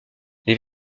les